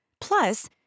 Plus